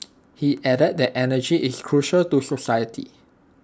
he added that energy is crucial to society